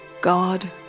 God